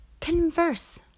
converse